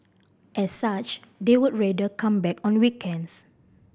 as such they would rather come back on weekends